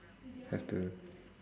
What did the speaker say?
have to